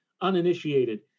uninitiated